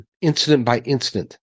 incident-by-incident